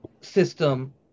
system